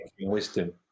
wisdom